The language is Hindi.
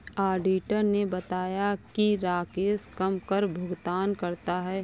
ऑडिटर ने बताया कि राकेश कम कर भुगतान करता है